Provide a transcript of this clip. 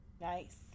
Nice